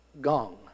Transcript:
gong